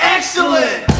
Excellent